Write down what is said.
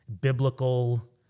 biblical